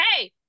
hey